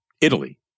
Italy